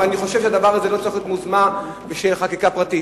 אף שאני חושב שזה לא צריך להיות יוזמה פרטית של חברי כנסת,